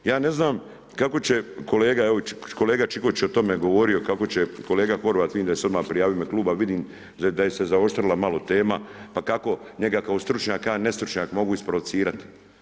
Ja ne znam kako će kolega ... je o tome govorio, kao će kolega Horvat, vidim da je se odmah prijavio u ime kluba, vidim da je se zaoštrila malo tema, pa kako njega kao stručnjaka ja nestručnjak mogu isprovocirati.